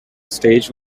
stage